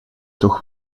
toch